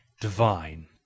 divine